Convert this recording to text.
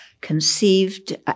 conceived